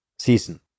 Season